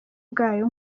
bwayo